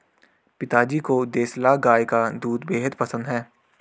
पिताजी को देसला गाय का दूध बेहद पसंद है